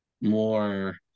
more